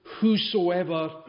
whosoever